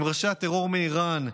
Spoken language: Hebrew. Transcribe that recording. עם ראשי הטרור מאיראן,